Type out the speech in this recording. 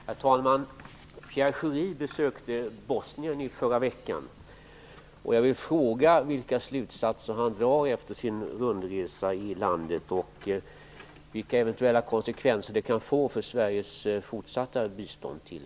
Herr talman! Pierre Schori besökte Bosnien i förra veckan. Jag vill fråga honom vilka slutsatser han drar efter sin rundresa i landet och vilka eventuella konsekvenser det kan få för Sveriges fortsatta bistånd till